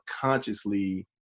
consciously